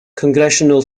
congressional